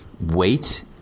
wait